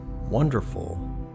wonderful